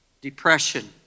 depression